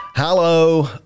Hello